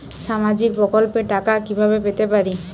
সামাজিক প্রকল্পের টাকা কিভাবে পেতে পারি?